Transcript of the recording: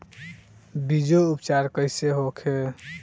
बीजो उपचार कईसे होखे?